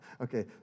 Okay